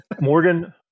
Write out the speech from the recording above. Morgan